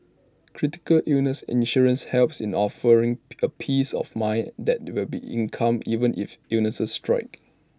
critical illness insurance helps in offering pick A peace of mind that there will be income even if illnesses strike